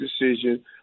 decision